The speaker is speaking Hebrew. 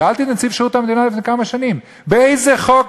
שאלתי את נציב שירות המדינה לפני כמה שנים: באיזה חוק